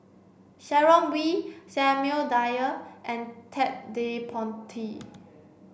Sharon Wee Samuel Dyer and Ted De Ponti